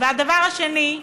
והדבר השני,